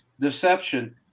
deception